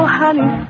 honey